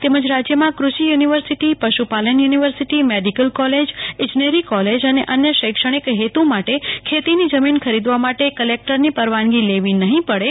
તેમજ રાજ્યમાં કૃષિ યુનિવર્સ્ટિી પશુ પાલન યુનિવર્સિટી મેડિકલ કોલેજ ઈજનેરી કોલેજ અને અન્ય શૈક્ષણિક હેતુ માટે ખેતીની જમીન ખરીદવા માટે કલેકટરની પરવાની લેવી નહીં પડે